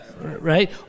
right